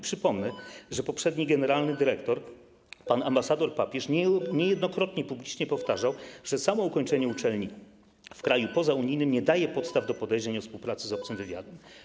Przypomnę, że poprzedni generalny dyrektor, pan ambasador Papierz, niejednokrotnie publicznie powtarzał, że samo ukończenie uczelni w kraju pozaunijnym nie daje podstaw do podejrzeń o współpracę z obcym wywiadem.